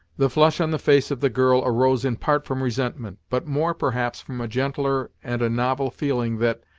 the flush on the face of the girl arose in part from resentment, but more perhaps from a gentler and a novel feeling, that,